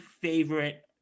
favorite